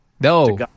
No